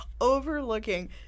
overlooking